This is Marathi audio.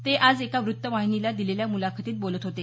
ते आज एका वृत्तवाहिनीला दिलेल्या मुलाखतीत बोलत होते